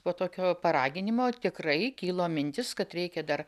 po tokio paraginimo tikrai kilo mintis kad reikia dar